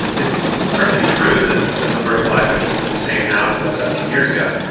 it's certainly true that the number of black coaches is the same now as it was seventeen years ago.